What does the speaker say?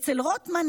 אצל רוטמן,